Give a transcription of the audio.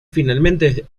finalmente